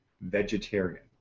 vegetarian